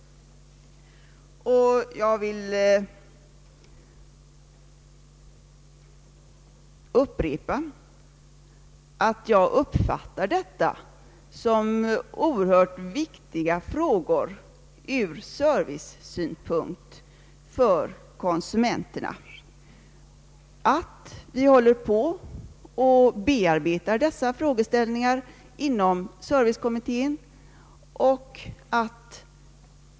Jag vill upprepa att jag uppfattar som oerhört viktigt ur servicesynpunkt för konsumenterna att vi får hålla på att bearbeta dessa frågeställningar inom servicekommittén.